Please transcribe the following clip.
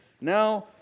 Now